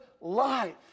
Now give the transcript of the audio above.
life